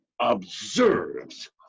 observes